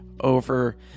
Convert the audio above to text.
over